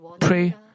pray